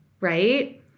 right